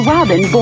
Robin